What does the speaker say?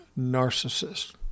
narcissist